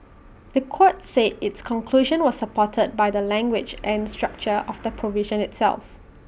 The Court said its conclusion was supported by the language and structure of the provision itself